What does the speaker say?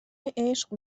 عشق